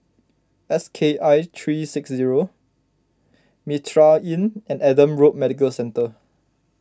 S K I three six zero Mitraa Inn and Adam Road Medical Centre